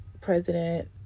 President